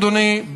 אדוני,